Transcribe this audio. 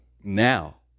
now